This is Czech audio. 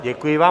Děkuji vám.